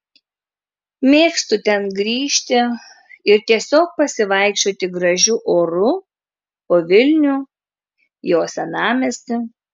mėgstu ten grįžti ir tiesiog pasivaikščioti gražiu oru po vilnių jo senamiestį